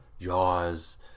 Jaws